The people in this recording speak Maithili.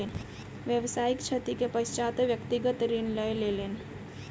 व्यावसायिक क्षति के पश्चात ओ व्यक्तिगत ऋण लय लेलैन